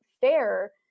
fair